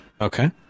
Okay